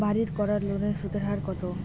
বাড়ির করার লোনের সুদের হার কত?